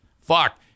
Fuck